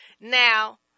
Now